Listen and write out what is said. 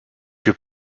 que